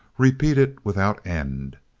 repeated without end.